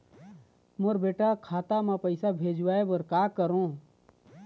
मोर बेटा खाता मा पैसा भेजवाए बर कर करों?